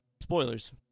Spoilers